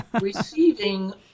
Receiving